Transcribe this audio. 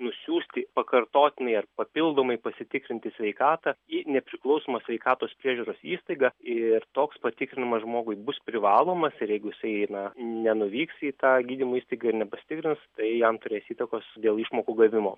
nusiųsti pakartotinai ar papildomai pasitikrinti sveikatą į nepriklausomą sveikatos priežiūros įstaigą ir toks patikrinimas žmogui bus privalomas ir jeigu jisai na nenuvyks į tą gydymo įstaigą ir nepasitikrins tai jam turės įtakos dėl išmokų gavimo